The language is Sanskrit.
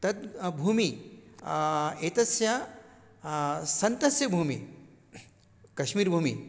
तत् भूमिः एतस्य सन्तस्य भूमिः कश्मीर्भूमिः